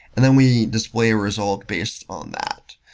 and then, we display a result based on that.